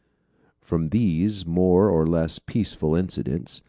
from these more or less peaceful incidents,